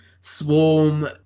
swarm